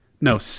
No